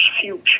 future